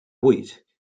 wheat